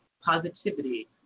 positivity